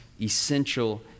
essential